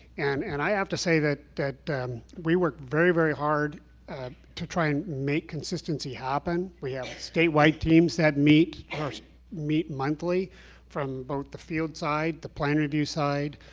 and and i have to say that that we worked very, very hard to try and make consistency happen. we have statewide teams that meet, or meet monthly from both the field side, the plan review side,